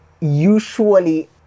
usually